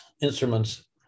instruments